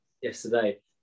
yesterday